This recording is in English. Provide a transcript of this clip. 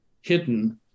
hidden